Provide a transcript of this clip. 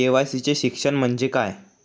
KYC चे शिक्षण म्हणजे काय?